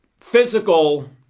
physical